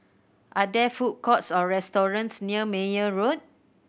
are there food courts or restaurants near Meyer Road